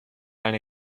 eine